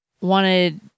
wanted